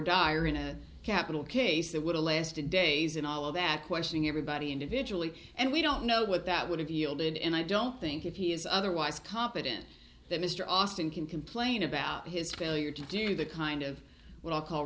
bordighera in a capital case that would a lasted days and all of that questioning everybody individually and we don't know what that would have yielded and i don't think if he is otherwise competent that mr austin can complain about his failure to do the kind of what i'll call